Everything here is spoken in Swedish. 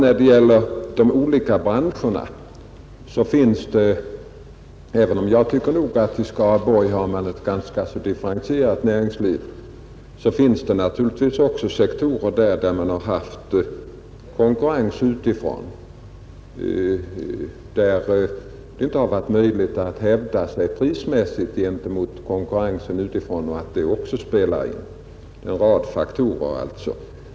Även om jag tycker att man i Skaraborgs län har ett ganska differentierat näringsliv, så finns det naturligtvis sektorer som haft känning av konkurrens utifrån och inte kunnat hävda sig prismässigt. Det finns alltså en rad faktorer som spelar in.